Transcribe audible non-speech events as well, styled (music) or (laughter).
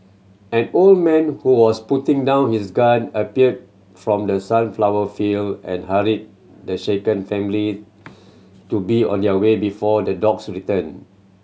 an old man who was putting down his gun appeared from the sunflower field and hurried the shaken family (noise) to be on their way before the dogs return